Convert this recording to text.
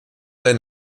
der